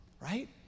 right